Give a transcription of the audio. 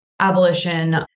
abolition